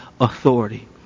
authority